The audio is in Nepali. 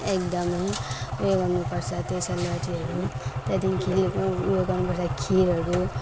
एकदमै उयो गर्नुपर्छ त्यो सेलरोटीहरू त्यहाँदेखिको खिलिपमा उयो गर्नुपर्छ खिरहरू